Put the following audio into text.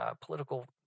political